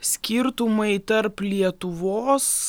skirtumai tarp lietuvos